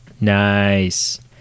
Nice